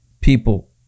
people